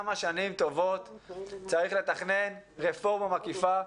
צריך לתכנן רפורמה מקיפה.